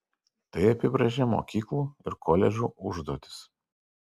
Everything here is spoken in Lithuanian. tai apibrėžia mokyklų ir koledžų užduotis